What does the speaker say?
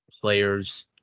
players